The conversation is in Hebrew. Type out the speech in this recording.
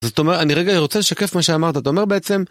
זאת אומרת, אני רגע רוצה לשקף מה שאמרת, אתה אומר בעצם...